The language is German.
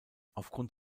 aufgrund